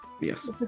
Yes